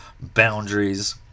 boundaries